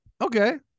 Okay